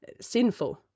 sinful